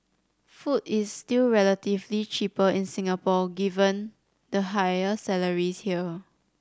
food is still relatively cheaper in Singapore given the higher salaries here